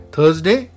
Thursday